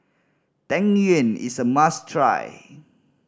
Tang Yuen is a must try